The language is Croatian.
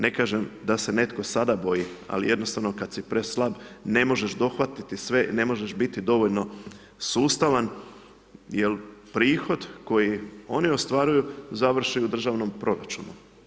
Ne kažem da se netko sada boji, ali, jednostavno, kada si preslab, ne možeš dohvatiti sve, ne možeš biti dovoljno sustavan, jer prihod koji oni ostvaruju završi u državnom proračunu.